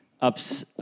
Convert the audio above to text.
ups